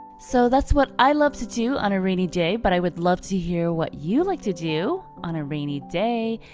so that's what i love to do on a rainy day but i would love to hear what you like to do on a rainy day.